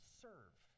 serve